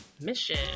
Mission